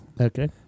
Okay